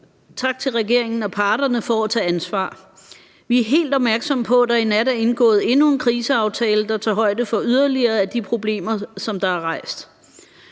Tak til regeringen og parterne for at tage ansvar. Vi er helt opmærksomme på, at der i nat er indgået endnu en kriseaftale, der tager højde for yderligere af de problemer, der er rejst.